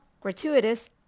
Gratuitous